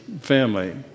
family